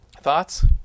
Thoughts